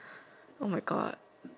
oh my God